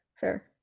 Fair